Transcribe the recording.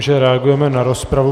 Vím, že reagujeme na rozpravu.